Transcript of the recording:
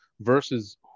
versus